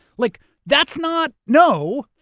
like that's not, no.